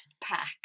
pack